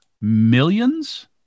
Millions